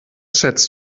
schätzt